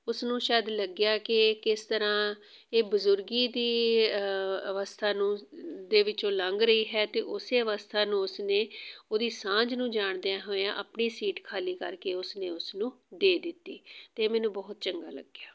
ਉਸ ਨੂੰ ਸ਼ਾਇਦ ਲੱਗਿਆ ਕਿ ਕਿਸ ਤਰ੍ਹਾਂ ਇਹ ਬਜ਼ੁਰਗੀ ਦੀ ਅਵਸਥਾ ਨੂੰ ਦੇ ਵਿੱਚੋਂ ਲੰਘ ਰਹੀ ਹੈ ਅਤੇ ਉਸੇ ਅਵਸਥਾ ਨੂੰ ਉਸਨੇ ਉਹਦੀ ਸਾਂਝ ਨੂੰ ਜਾਣਦਿਆਂ ਹੋਇਆ ਆਪਣੀ ਸੀਟ ਖਾਲੀ ਕਰਕੇ ਉਸਨੇ ਉਸਨੂੰ ਦੇ ਦਿੱਤੀ ਅਤੇ ਮੈਨੂੰ ਬਹੁਤ ਚੰਗਾ ਲੱਗਿਆ